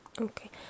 Okay